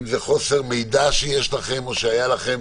אם זה חוסר מידע שיש לכם או שהיה לכם